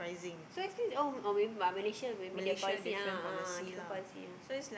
so expensive oh Malaysia but maybe their policies a'ah a'ah different policies yeah